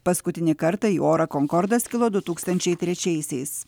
paskutinį kartą į orą konkordas kilo du tūkstančiai trečiaisiais